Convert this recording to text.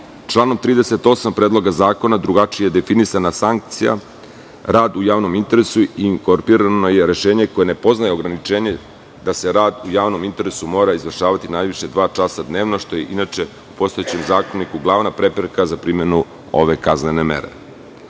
lica. Članom 38. Predloga zakona, drugačije definisana sankcija rad u javnom interesu i inkorpirano je rešenje koje ne poznaje ograničenje, da se rad u javnom interesu mora izvršavati najviše dva časa dnevno, što je inače u postojećem zakoniku glavna prepreka za primenu ove kaznene